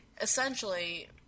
Essentially